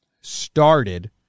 started